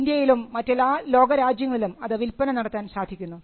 ഇന്ത്യയിലും മറ്റെല്ലാ ലോക രാജ്യങ്ങളിലും അത് വില്പന നടത്താൻ സാധിക്കുന്നു